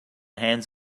hands